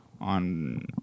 on